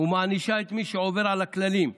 ומענישה את מי שעובר על הכללים.